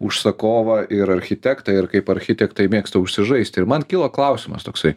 užsakovą ir architektą ir kaip architektai mėgsta užsižaist ir man kyla klausimas toksai